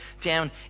down